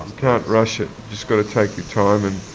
can't rush it, just got to take your time and